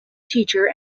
teacher